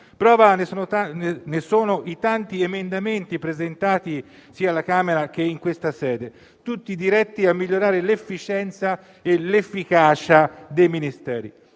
Prova ne sono i tanti emendamenti presentati sia alla Camera che in questa sede, tutti diretti a migliorare l'efficienza e l'efficacia dei Ministeri.